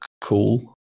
Cool